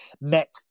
met